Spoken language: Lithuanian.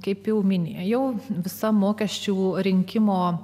kaip jau minėjau visa mokesčių rinkimo